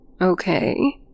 okay